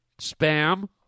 spam